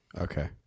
Okay